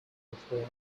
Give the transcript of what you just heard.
before